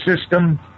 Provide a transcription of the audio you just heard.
system